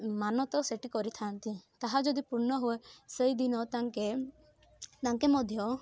ମାନତ୍ ସେଠି କରିଥାଆନ୍ତି ତାହା ଯଦି ପୂର୍ଣ୍ଣ ହୁଏ ସେଇଦିନ ତାଙ୍କେ ତାଙ୍କେ ମଧ୍ୟ